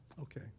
Okay